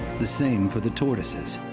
the same for the tortoises.